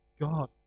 God